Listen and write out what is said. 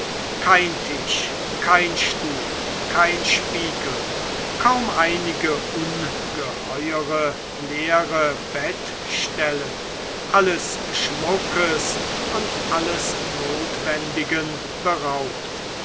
kein tisch kein stuhl kein spiegel kaum einige ungeheure leere bettstellen alles schmuckes und alles notwendigen beraubt